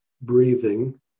breathing